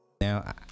now